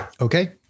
Okay